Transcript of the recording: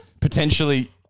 Potentially